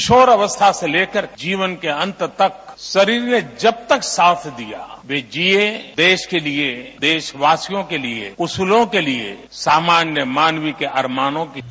किशोर अवस्था से लेकर जीवन के अंत तक शरीर ने जब तक साथ दिया वे जिये देश के लिए देशवासियों के लिए वसूलों के लिएं सामान्य मार्मिक अरमानों के लिए